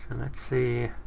let's see,